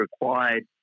required